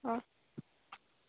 অঁ